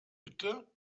bitte